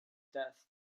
death